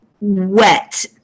wet